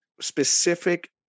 specific